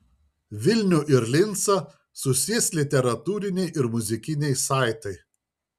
vilnių ir lincą susies literatūriniai ir muzikiniai saitai